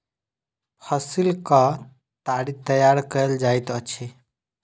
फसीलक ताड़ी तैयार कएल जाइत अछि